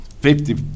Fifty